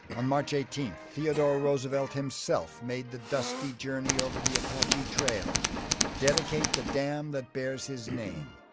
on march eighteen theodore roosevelt himself made the dusty journey over the apache trail to dedicate the dam that bears his name.